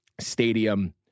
stadium